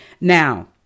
now